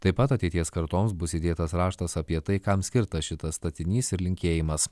taip pat ateities kartoms bus įdėtas raštas apie tai kam skirtas šitas statinys ir linkėjimas